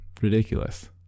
ridiculous